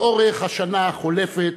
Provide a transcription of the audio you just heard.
לאורך השנה החולפת